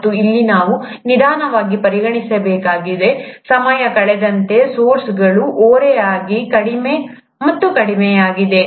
ಮತ್ತು ಇಲ್ಲಿ ನಾವು ನಿಧಾನವಾಗಿ ಪರಿಗಣಿಸಬೇಕಾಗಿದೆ ಸಮಯ ಕಳೆದಂತೆ ಸೋರ್ಸ್ಗಳು ಓರೆಯಾಗಿ ಕಡಿಮೆ ಮತ್ತು ಕಡಿಮೆಯಾಗಿವೆ